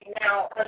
now